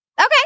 Okay